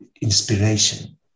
inspiration